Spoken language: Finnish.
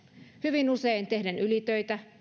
hyvin usein tehden ylitöitä